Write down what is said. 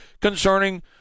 concerning